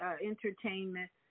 entertainment